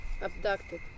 Abducted